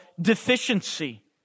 deficiency